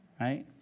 Right